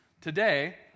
today